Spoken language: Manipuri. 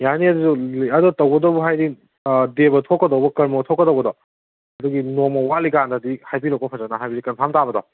ꯌꯥꯅꯤ ꯑꯗꯨꯝ ꯑꯗꯨ ꯇꯧꯒꯗꯧꯕ ꯍꯥꯏꯗꯤ ꯗꯦꯚ ꯊꯣꯛꯀꯗꯧꯕ ꯀꯔꯃ ꯊꯣꯛꯀꯗꯧꯕꯗꯣ ꯑꯗꯨꯒꯤ ꯅꯣꯡꯃ ꯋꯥꯠꯂꯤꯀꯥꯟꯗꯗꯤ ꯍꯥꯏꯕꯤꯔꯛꯑꯣꯀꯣ ꯐꯖꯅ ꯍꯥꯏꯕꯗꯤ ꯀꯟꯐꯥꯔꯝ ꯇꯥꯕꯗꯣ